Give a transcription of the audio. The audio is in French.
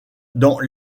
dans